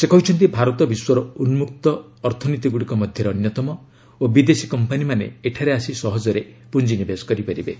ସେ କହିଛନ୍ତି ଭାରତ ବିଶ୍ୱର ଉନ୍କକ୍ତ ଅର୍ଥନୀତିଗୁଡ଼ିକ ମଧ୍ୟରେ ଅନ୍ୟତମ ଓ ବିଦେଶୀ କମ୍ପାନୀମାନେ ଏଠାରେ ଆସି ସହଜରେ ପୁଞ୍ଜିନିବେଶ କରିପାରିବେ